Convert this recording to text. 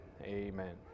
Amen